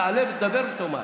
תעלה, תדבר ותאמר.